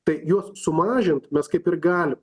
tai juos sumažint mes kaip ir galim